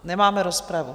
Nemáme rozpravu.